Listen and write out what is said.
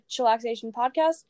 chillaxationpodcast